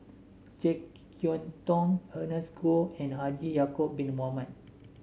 JeK Yeun Thong Ernest Goh and Haji Ya'acob Bin Mohamed